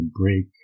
break